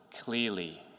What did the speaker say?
clearly